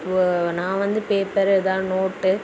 இப்போது நான் வந்து பேப்பர் ஏதாவுது நோட்டு